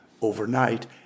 overnight